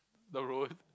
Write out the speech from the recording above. the road